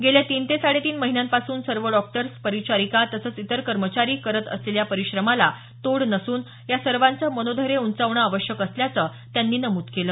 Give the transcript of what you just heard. गेल्या तीन ते साडेतीन महिन्यांपासून सर्व डॉक्टर परिचारिका तसंच इतर कर्मचारी करत असलेल्या परिश्रमाला तोड नसून या सर्वांचं मनोधर्य उंचावणं आवश्यक असल्याचं त्यांनी नमूद केलं